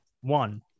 One